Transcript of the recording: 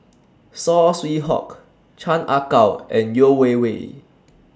Saw Swee Hock Chan Ah Kow and Yeo Wei Wei